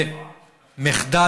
אני מסכים,